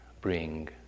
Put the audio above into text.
bring